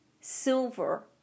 silver